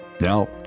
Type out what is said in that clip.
Now